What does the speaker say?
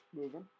moving